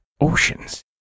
oceans